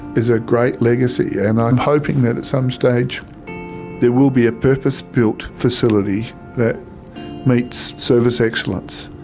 is a great legacy. and i'm hoping that at some stage there will be a purpose-built facility that meets service excellence,